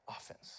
offense